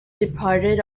departed